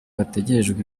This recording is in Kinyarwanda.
hategerejwe